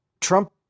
trump